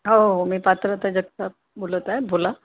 हो हो मी पात्रता जगताप बोलत आहे बोला